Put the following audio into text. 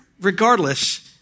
Regardless